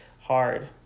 hard